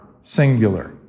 singular